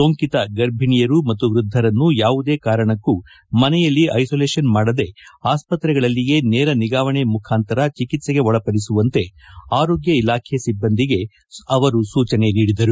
ಸೋಂಕಿತ ಗರ್ಭಣಿಯರು ಮತ್ತು ವ್ಯದ್ಧರನ್ನು ಯಾವುದೇ ಕಾರಣಕ್ಕೂ ಮನೆಯಲ್ಲಿ ಐಸೋಲೇಷನ್ ಮಾಡದೇ ಆಸ್ತತ್ರೆಗಳಲ್ಲಿಯೇ ನೇರ ನಿಗಾವಣೆ ಮುಖಾಂತರ ಚಿಕಿತ್ಸೆಗೆ ಒಳಪಡಿಸುವಂತೆ ಆರೋಗ್ಯ ಇಲಾಖೆ ಸಿಬ್ಬಂದಿಗೆ ಸೂಚನೆ ನೀಡಿದರು